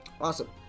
Awesome